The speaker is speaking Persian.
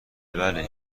بله